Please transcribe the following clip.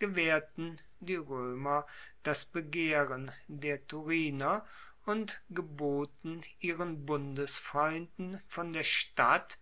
gewaehrten die roemer das begehren der thuriner und geboten ihren bundesfreunden von der stadt